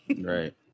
Right